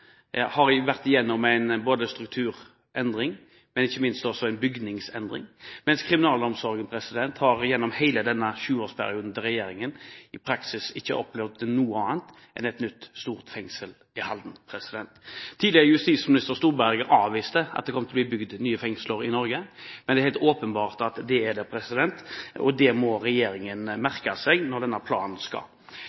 har vært gjennom både en strukturendring og ikke minst en bygningsendring, mens kriminalomsorgen i løpet av hele sjuårsperioden til regjeringen i praksis ikke har oppnådd noe annet enn et nytt, stort fengsel i Halden. Tidligere justisminister Storberget avviste at det kom til å bli bygget nye fengsler i Norge, men det er helt åpenbart at det blir det, og det må regjeringen